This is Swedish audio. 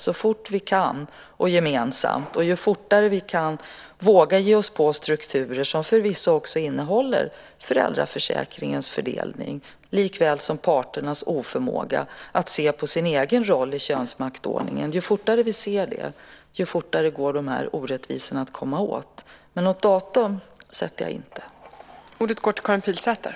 Ju fortare vi gemensamt kan och vågar ge oss på strukturer som förvisso innehåller föräldraförsäkringens fördelning likväl som parternas oförmåga att se på sin egen roll i könsmaktsordningen, desto fortare går det att komma åt orättvisorna. Men jag sätter inte något datum.